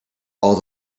all